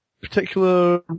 particular